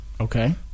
Okay